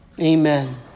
Amen